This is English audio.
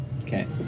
Okay